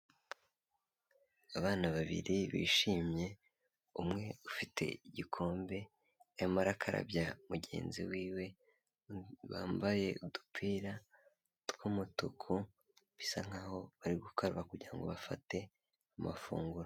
Abana babiri bishimye, umwe ufite igikombe, arimo arakarabya mugenzi wiwe, bambaye udupira tw'umutuku, bisa nkaho bari gukaraba kugira ngo bafate amafunguro.